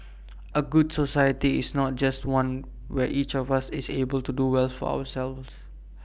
A good society is not just one where each of us is able to do well for ourselves